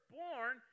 born